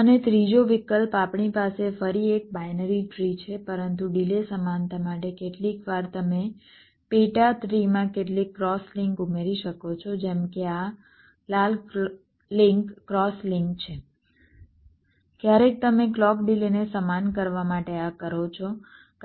અને ત્રીજો વિકલ્પ આપણી પાસે ફરી એક બાઈનરી ટ્રી છે પરંતુ ડિલે સમાનતા માટે કેટલીક વાર તમે પેટા ટ્રીમાં કેટલીક ક્રોસ લિંક ઉમેરી શકો છો જેમ કે આ લાલ લિંક ક્રોસ લિંક છે ક્યારેક તમે ક્લૉક ડિલેને સમાન કરવા માટે આ કરો છો